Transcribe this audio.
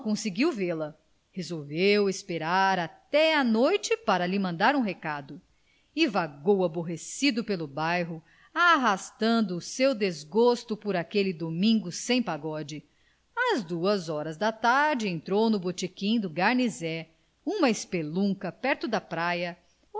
conseguiu vê-la resolveu esperar até à noite para lhe mandar um recado e vagou aborrecido pelo bairro arrastando o seu desgosto por aquele domingo sem pagode às duas horas da tarde entrou no botequim do garnisé uma espelunca perto da praia